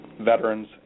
veterans